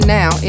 now